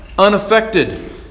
Unaffected